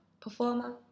performer